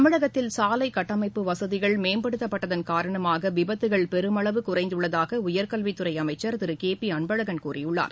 தமிழகத்தில் சாலை கட்டமைப்பு வசதிகள் மேம்படுத்தப்பட்டதன் னரணமாக விபத்துக்கள் பெருமளவு குறைந்துள்ளதாக உயர்கல்வித்துறை அமைச்சர் திரு கே பி அன்பழகன் கூறியுள்ளார்